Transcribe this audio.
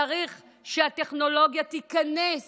צריך שהטכנולוגיה תיכנס